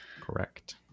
Correct